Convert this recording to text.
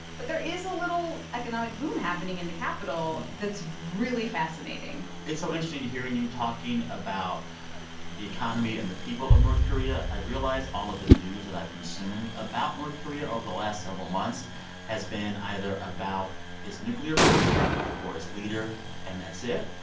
but there is a little economic boom happening in the capital that's really fascinating it's so interesting hearing you talking about the economy and the people of north korea. i've realized all of the news that i've consumed about north korea over the last several months has been either about its nuclear program or its leader and that's it.